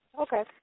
Okay